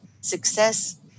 success